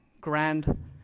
grand